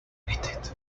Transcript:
knitted